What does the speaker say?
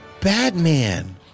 Batman